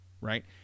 right